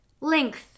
Length